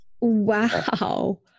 wow